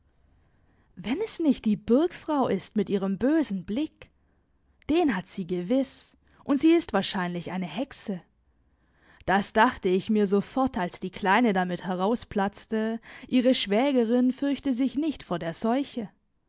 wenn es nicht die burgfrau ist mit ihrem bösen blick den hat sie gewiß und sie ist wahrscheinlich eine hexe das dachte ich mir sofort als die kleine damit herausplatzte ihre schwägerin fürchte sich nicht vor der seuche